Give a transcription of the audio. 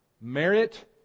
Merit